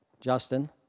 Justin